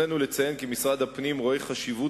ברצוננו לציין כי משרד הפנים רואה חשיבות